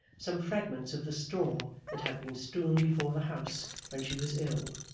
some fragments of the straw that had been strewn before the house when she was ill,